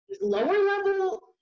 lower-level